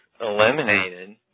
eliminated